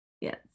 Yes